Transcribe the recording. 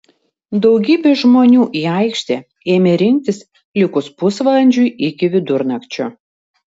daugybė žmonių į aikštę ėmė rinktis likus pusvalandžiui iki vidurnakčio